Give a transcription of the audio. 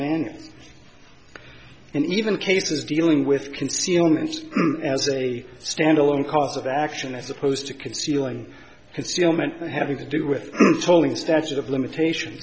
man and even cases dealing with concealment as a standalone cause of action as opposed to concealing concealment having to do with tolling the statute of limitations